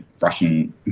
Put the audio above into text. Russian